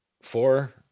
Four